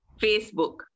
Facebook